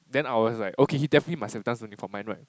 then I was like okay he definitely must have done something for mine right